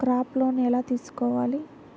Crop loan ఎలా తీసుకోవాలి?